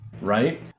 Right